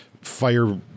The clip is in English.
fire